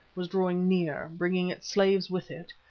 was drawing near, bringing its slaves with it,